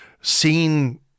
seen